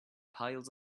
piles